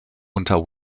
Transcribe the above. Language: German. unter